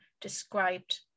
described